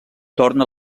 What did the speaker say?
torna